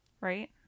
Right